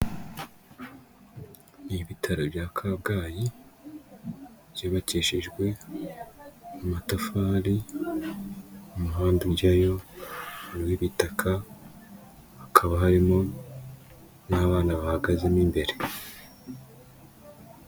Ni ibitaro bya Kabgayi byubakishijwe amatafari, umuhanda ujyayo ni uw'ibitaka hakaba harimo n'abana bahagazemo imbere.